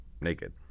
Naked